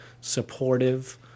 supportive